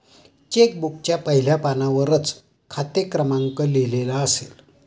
check बुकच्या पहिल्या पानावरच खाते क्रमांक लिहिलेला असेल